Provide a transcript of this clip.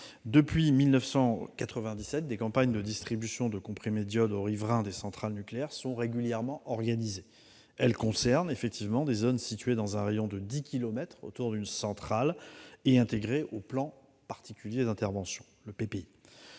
depuis 1997, des campagnes de distribution de comprimés d'iode aux riverains des centrales nucléaires sont régulièrement organisées. Elles concernent effectivement les zones situées dans un rayon de 10 kilomètres autour d'une centrale et intégrées au plan particulier d'intervention (PPI).